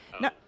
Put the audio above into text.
No